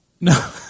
No